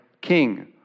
King